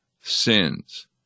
sins